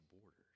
borders